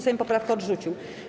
Sejm poprawkę odrzucił.